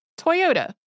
Toyota